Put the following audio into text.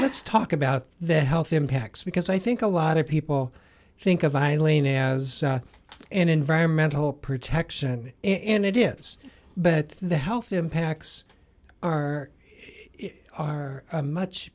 let's talk about the health impacts because i think a lot of people think of my lane as an environmental protection in it is but the health impacts are are a much